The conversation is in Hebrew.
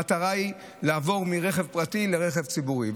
המטרה היא לעבור מרכב פרטי לרכב ציבורי,